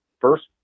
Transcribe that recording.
first